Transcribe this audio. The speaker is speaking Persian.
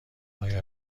آیا